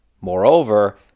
Moreover